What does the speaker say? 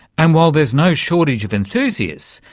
and while there's no shortage of enthusiasts,